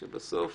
שבסוף